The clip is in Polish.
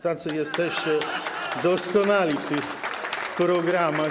Tacy jesteście doskonali w tych programach.